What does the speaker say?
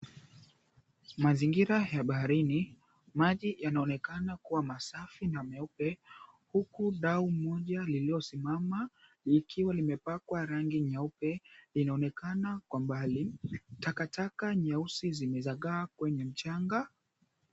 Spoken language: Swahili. Mazingira ya baharini, maji yanaonekana kuwa masafi na meupe huku dau moja lililosimama likiwa limepakwa rangi nyeupe linaonekana kwa mbali. Takataka nyeusi zimezagaa kwenye mchanga.